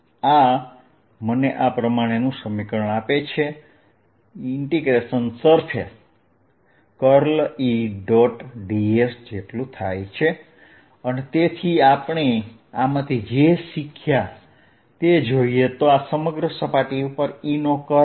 આ મને આ પ્રમાણેનું સમીકરણ આપે છેsurfaceds તેથી આપણે આમાંથી જે શીખ્યા તે જોઈએ તો આ સમગ્ર સપાટી ઉપર E નો કર્લ